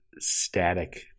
static